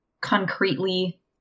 concretely